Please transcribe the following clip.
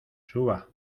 suba